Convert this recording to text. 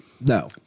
No